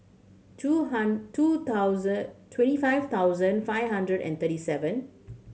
two two thousand twenty five thousand five hundred and thirty seven